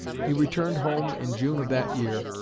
he returned home in june of that year,